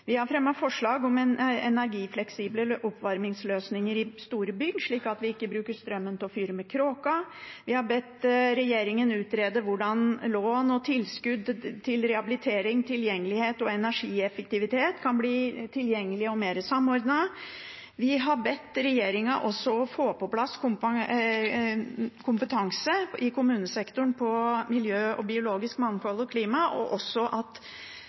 Vi har fremmet forslag om energifleksible oppvarmingsløsninger i store bygg, slik at vi ikke bruker strømmen til å fyre for kråka. Vi har bedt regjeringen utrede hvordan lån og tilskudd til rehabilitering, tilgjengelighets- og boligtilpassing og energieffektivitet kan bli tilgjengelig og mer samordnet. Vi har bedt regjeringen om å få på plass kompetanse i kommunesektoren når det gjelder miljø, biologisk mangfold og klima, og også om at